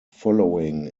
following